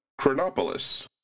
Chronopolis